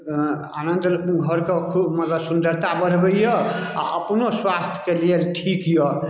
अऽ आनन्द पू घरकऽ खूब मगर सुन्दरता बढ़बै यऽ आओर अपनो स्वास्थके लिए ठीक यऽ